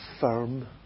Firm